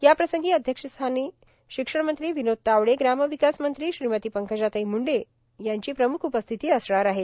याप्रसंगी अध्यक्षस्थानी शिक्षणमंत्री विनोद तावडे ग्रार्मावकास मंत्री श्रीमती पंकजाताई मुंडे यांची प्रमुख उपस्थिती असणार आहे